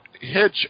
hitch